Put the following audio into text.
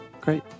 Great